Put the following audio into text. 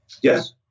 Yes